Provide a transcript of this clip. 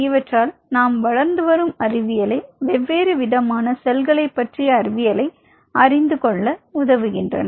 இவற்றால் நாம் வளர்ந்து வரும் அறிவியலை வெவ்வேறு விதமான செல்களை பற்றிய அறிவியலை அறிந்து கொள்ள இவை உதவுகின்றன